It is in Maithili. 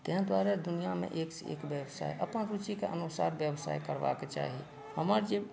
ताहि दुआरे दुनिआँमे एकसँ एक व्यवसाय अपना रुचिके अनुसार व्यवसाय करबाक चाही हमरा जे